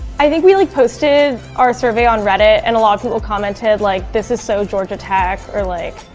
i think we like posted our survey on reddit and a lot of people commented like this is so georgia tech or like,